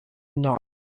not